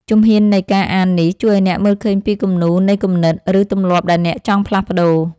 ជំហាននៃការអាននេះ ជួយឱ្យអ្នកមើលឃើញពីគំរូនៃគំនិត ឬទម្លាប់ដែលអ្នកចង់ផ្លាស់ប្តូរ។